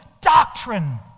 doctrine